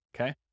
okay